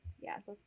yes